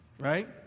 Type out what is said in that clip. right